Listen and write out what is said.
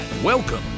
Welcome